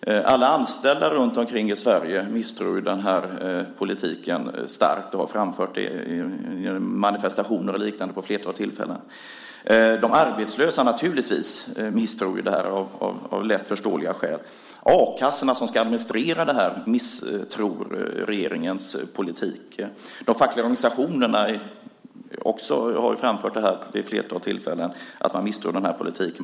Alla anställda runtomkring i Sverige misstror den här politiken starkt och har framfört det i manifestationer och liknande vid ett flertal tillfällen. De arbetslösa - naturligtvis - misstror det här av lätt förståeliga skäl. A-kassorna, som ska administrera det här, misstror regeringens politik. De fackliga organisationerna har också framfört vid ett flertal tillfällen att man misstror den här politiken.